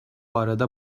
arada